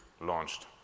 launched